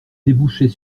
débouchait